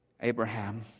Abraham